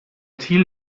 thiel